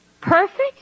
Perfect